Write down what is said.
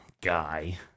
guy